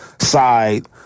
side